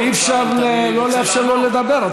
אבל אי-אפשר שלא לאפשר לו לדבר.